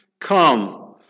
Come